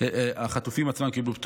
החטופים עצמם קיבלו פטור.